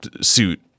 suit